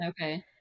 Okay